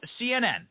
CNN